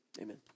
Amen